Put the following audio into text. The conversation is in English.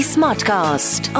Smartcast